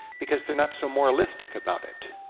because they're not so moralistic about it.